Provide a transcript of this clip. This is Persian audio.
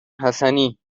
حسنی